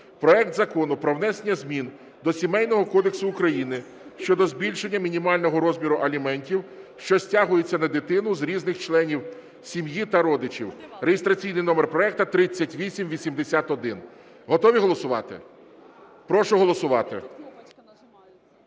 проект Закону про внесення змін до Сімейного кодексу України (щодо збільшення мінімального розміру аліментів, що стягуються на дитину з різних членів сім'ї та родичів) (реєстраційний номер проекту 3881). Готові голосувати? Прошу голосувати.